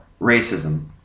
racism